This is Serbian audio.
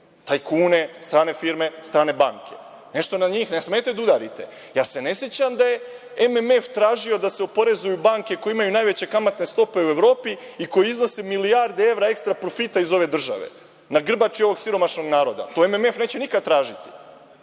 tajkune, strane firme, strane banke. Nešto na njih ne smete da udarite. Ne sećam se da je MMF tražio da se oporezuju banke koje imaju najveće kamatne stope u Evropi i koje iznose milijarde evra ekstra profita iz ove države na grbači ovog siromašnog naroda. To MMF neće nikada tražiti,